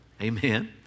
Amen